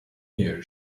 year